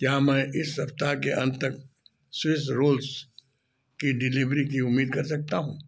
क्या मैं इस सप्ताह के अंत तक स्विस रोल्स की डिलीवरी की उम्मीद कर सकता हूँ